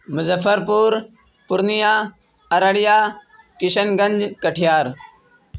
مظفر پور پورنیہ ارریہ کشن گنج کٹیہار